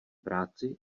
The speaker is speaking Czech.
práci